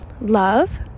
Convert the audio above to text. love